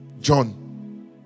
John